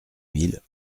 mille